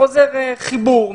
מחוסר חיבור,